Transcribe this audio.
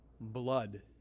blood